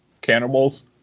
Cannibals